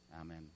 Amen